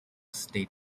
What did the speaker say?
state